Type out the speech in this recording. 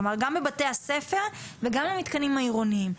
כלומר גם בבתי-הספר וגם למתקנים העירוניים.